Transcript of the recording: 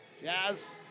Jazz